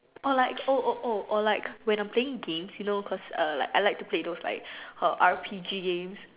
or like oh oh oh or like when I'm playing games you know cause err I like to play those like err R P G games